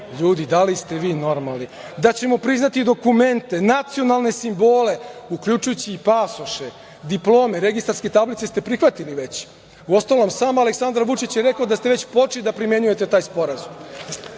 ljudi, da li ste vi normalni? Da ćemo priznati dokumente, nacionalne simbole, uključujući i pasoše, diplome, registarske tablice, da li ste prihvatili već? Uostalom sam Aleksandar Vučić je rekao da ste već počeli da primenjujete taj sporazum.